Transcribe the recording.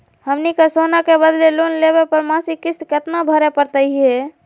हमनी के सोना के बदले लोन लेवे पर मासिक किस्त केतना भरै परतही हे?